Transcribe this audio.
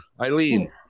Eileen